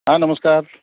हां नमस्कार